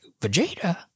Vegeta